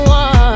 one